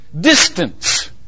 Distance